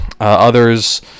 others